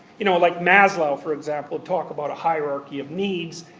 you know like maslow, for example, talked about a hierarchy of needs,